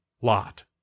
Lot